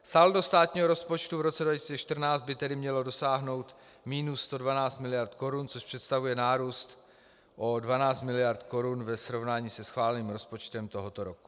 Saldo státního rozpočtu v roce 2014 by tedy mělo dosáhnout minus 112 miliard Kč, což představuje nárůst o 12 miliard Kč ve srovnání se schváleným rozpočtem tohoto roku.